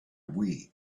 wii